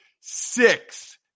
six